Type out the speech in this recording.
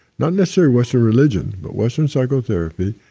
not necessarily western religion, but western psychotherapy,